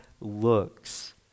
looks